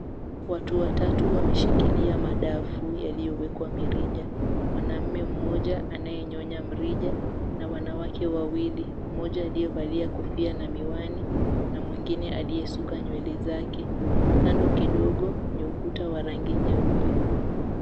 Watu watatu wameshikilia madafu yaliyowekwa mirija. Mwanaume mmoja anayenyonya mrija na wanawake wawili. Mmoja aliyevalia kofia na miwani na mwingine aliyesuka nywele zake. Kando kidogo ni ukuta wa rangi mweupe.